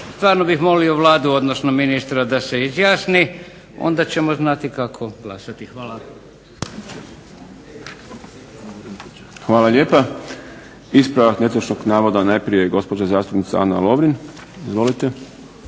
stvarno bih molio Vladu ili ministra da se izjasni onda ćemo znati kako glasati. Hvala. **Šprem, Boris (SDP)** Hvala lijepa. Ispravak netočnog navoda, najprije gospođa zastupnica Ana Lovrin. **Lovrin,